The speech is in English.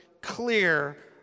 clear